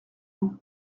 nous